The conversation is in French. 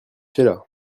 sheila